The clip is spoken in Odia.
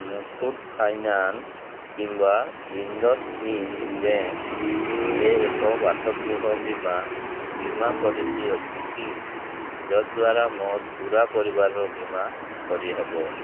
ମୁଥୁଟ୍ ଫାଇନାନ୍ସ୍ କିମ୍ବା ଇଣ୍ଡସ୍ଇଣ୍ଡ୍ ବ୍ୟାଙ୍କ୍ରେ ଏକ ବାସଗୃହ ବୀମା ବୀମା ପଲିସି ଅଛି କି ଯଦ୍ଵାରା ମୋର ପୂରା ପରିବାରର ବୀମା କରିହେବ